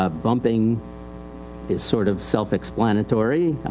ah bumping is sort of self-explanatory.